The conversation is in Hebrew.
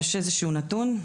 יש איזשהו נתון?